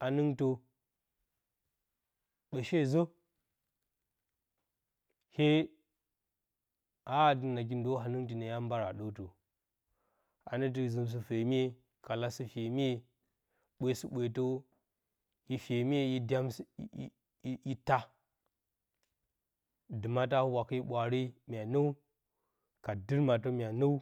ha-nɨngtə ɓə shezə, hya a ati, nagi ndo nanɨngti nə hya mbarə a ɗər tɨrə hanɨngtɨ, zɨm sɨ-fyemye, kala sɨ-fyemye bwe sɨ-ɓwetə i, fyemye i, dyamse, i i, taa dɨma tə wakee ɓwaare, mya nəw ka dɨrmatə, mya nəw